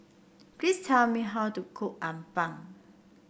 please tell me how to cook appam